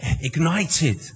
ignited